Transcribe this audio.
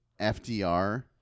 FDR